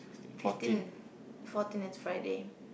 fifteen fourteen is Friday